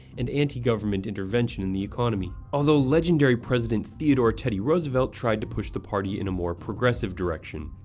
and anti-government intervention in the economy, although legendary president theodore teddy roosevelt tried to push the party in a more progressive direction.